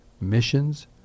missions